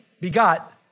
begot